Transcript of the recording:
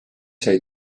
sai